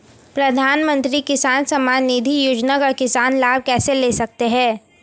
प्रधानमंत्री किसान सम्मान निधि योजना का किसान लाभ कैसे ले सकते हैं?